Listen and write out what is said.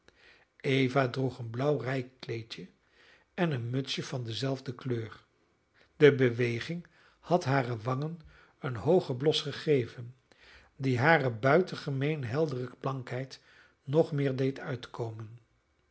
eva droeg een blauw rijkleedje en een mutsje van dezelfde kleur de beweging had hare wangen een hoogen blos gegeven die hare buitengemeen heldere blankheid nog meer deed uitkomen